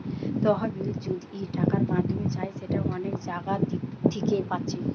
তহবিল যদি টাকার মাধ্যমে চাই সেটা অনেক জাগা থিকে পাচ্ছি